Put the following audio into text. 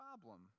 problem